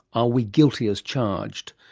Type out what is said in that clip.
are we guilty as charged?